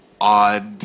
odd